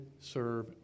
serve